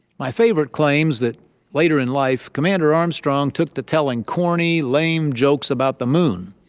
my favorite claims that later in life, commander armstrong took to telling corny, lame jokes about the moon.